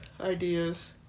ideas